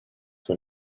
when